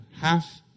Half